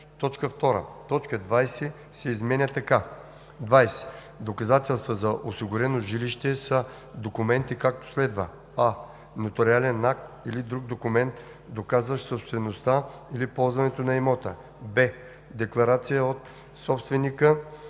проект.“ 2. Точка 20 се изменя така: „20. „Доказателства за осигурено жилище“ са документи, както следва: а) нотариален акт или друг документ, доказващ собствеността или ползването на имота; б) декларация от собственика